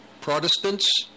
Protestants